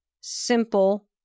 simple